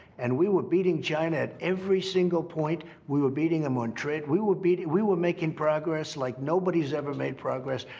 and we were beating china at every single point. we were beating them on trade. we were beating we were making progress like nobody's ever made progress.